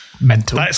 mental